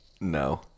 No